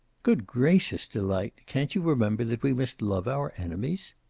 good gracious, delight. can't you remember that we must love our enemies?